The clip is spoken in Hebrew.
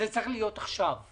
זה צריך להיות בתקנות פה,